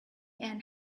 and